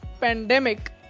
pandemic